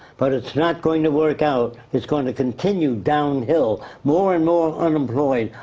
but it's not going to work out. it's going to continue downhill. more and more unemployed.